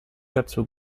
dazu